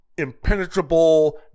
Impenetrable